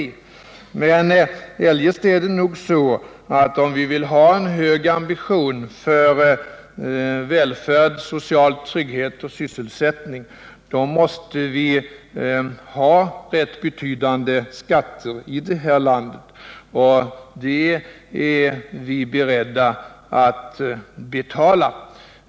Men eljest är det nog så att om vi vill ha en hög ambition för välfärd, social trygghet och sysselsättning måste vi ha rätt betydande skatter i detta land, och det är vi beredda att betala.